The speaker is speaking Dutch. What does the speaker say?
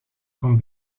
kon